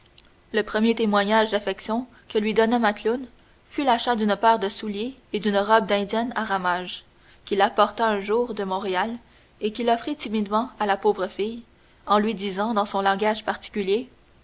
le premier témoignage d'affection que lui donna macloune fut l'achat d'une paire de souliers et d'une robe d'indienne à ramages qu'il apporta un jour de montréal et qu'il offrit timidement à la pauvre fille en lui disant dans son langage particulier